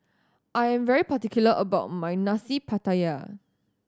I am very particular about my Nasi Pattaya